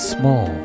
small